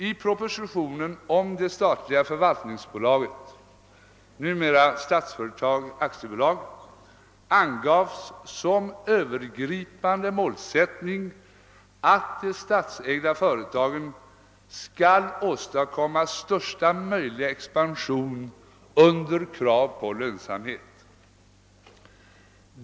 I propositionen om det statliga förvaltningsbolaget, numera Statsföretag AB, angavs som över gripande målsättning att de statsägda företagen skall åstadkomma största möjliga expansion under krav på lönsamhet.